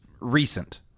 recent